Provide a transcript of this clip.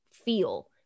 feel